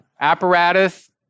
Apparatus